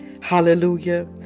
hallelujah